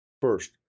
First